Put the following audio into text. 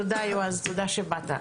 תודה יועז, תודה שבאת.